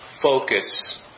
Focus